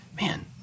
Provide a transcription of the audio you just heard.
man